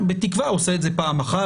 בתקווה הוא עושה את זה פעם אחת,